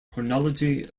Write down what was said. chronology